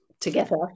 together